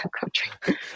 country